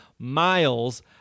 miles